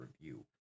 review